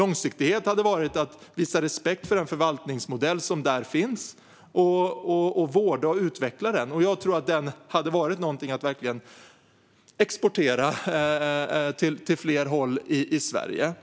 Långsiktighet hade varit att visa respekt för den förvaltningsmodell som finns där och vårda och utveckla den. Jag tror att den verkligen hade varit någonting att exportera till flera håll i Sverige.